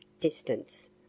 distance